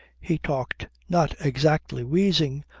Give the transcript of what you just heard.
he talked not exactly wheezing,